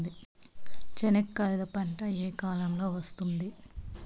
చెనక్కాయలు పంట ఏ కాలము లో వస్తుంది